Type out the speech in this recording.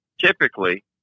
typically